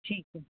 जी